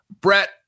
Brett